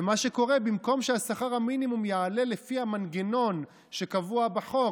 ומה שקורה זה שבמקום ששכר המינימום יעלה לפי המנגנון שקבוע בחוק,